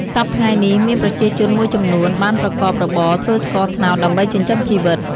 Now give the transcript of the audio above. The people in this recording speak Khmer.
សព្វថ្ងៃនេះមានប្រជាជនមួយចំនួន បានប្រកបរបរធ្វើស្ករត្នោតដើម្បីចិញ្ជឹមជីវិត។